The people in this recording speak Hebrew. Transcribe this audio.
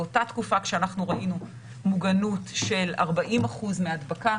באותה תקופה כשאנחנו ראינו מוגנות של 40% מהדבקה,